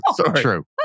True